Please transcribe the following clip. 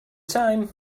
time